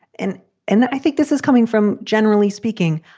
and and i think this is coming from. generally speaking,